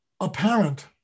apparent